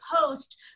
post